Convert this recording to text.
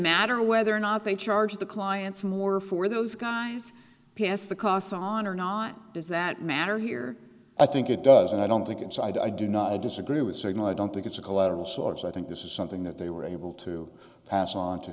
matter whether or not they charge the clients more for those guys pass the costs on or not does that matter here i think it does and i don't think it's i do not disagree with signal i don't think it's a collateral source i think this is something that they were able to pass on to